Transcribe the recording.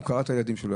הוא קרא את הילדים שלו.